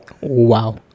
Wow